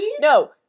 no